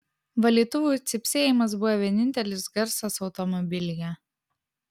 valytuvų cypsėjimas buvo vienintelis garsas automobilyje